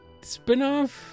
spinoff